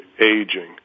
aging